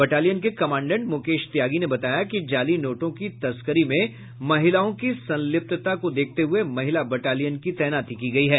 battalion के commandant Mukesh Tyagi ने बताया कि जाली नोटों की तस्करी में महिलाओं की संलिप्तता को देखते हुए महिला बटालियन की तैनाती की गयी है